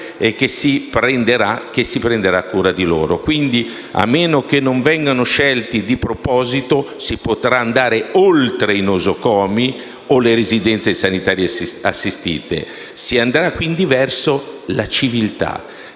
che si prenderà cura di loro. A meno che non vengano scelti di proposito, quindi, si potrà andare oltre i nosocomi o le residenze sanitarie assistite e si andrà verso la civiltà.